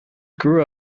grew